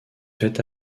fait